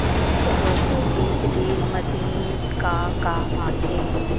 Roto बीज drill machine का काम आथे?